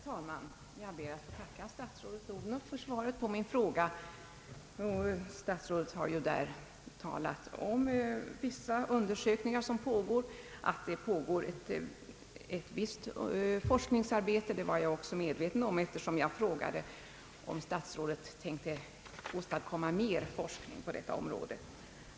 Herr talman! Jag ber att få tacka statsrådet Odhnoff för svaret på min fråga. Statsrådet har i svaret talat om vissa pågående undersökningar. Att det sker ett visst forskningsarbete har jag också varit medveten om. Jag frågade ju om statsrådet tänker åstadkomma mer forskning på detta område.